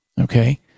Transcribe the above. Okay